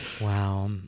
Wow